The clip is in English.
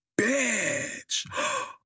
bitch